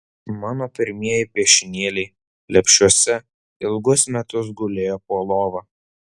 mano pirmieji piešinėliai lepšiuose ilgus metus gulėjo po lova